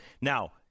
Now